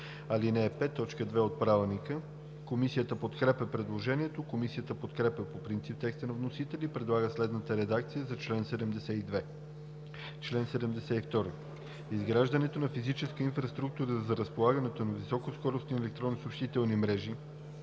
ал. 5, т. 2 от Правилника. Комисията подкрепя предложението. Комисията подкрепя по принцип текста на вносителя и предлага следната редакция за чл. 72: „Чл. 72. Изграждането на физическа инфраструктура за разполагането на високоскоростни електронни съобщителни мрежи